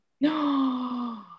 No